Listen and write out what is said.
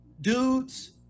dudes